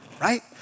right